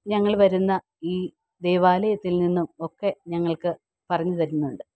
ഞങ്ങൾ വരുന്ന ഈ ദേവാലയത്തിൽ നിന്നും ഒക്കെ ഞങ്ങൾക്ക് പറഞ്ഞുതരുന്നുണ്ട്